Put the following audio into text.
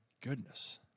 goodness